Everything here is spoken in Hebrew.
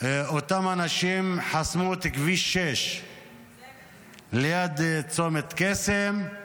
אותם אנשים חסמו את כביש 6 ליד צומת קסם,